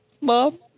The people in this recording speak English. Mom